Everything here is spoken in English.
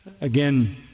Again